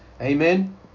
Amen